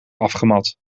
afgemat